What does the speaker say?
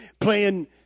playing